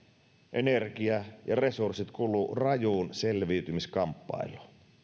energia ja resurssit kuluvat rajuun selviytymiskamppailuun